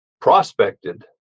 prospected